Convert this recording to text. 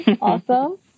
Awesome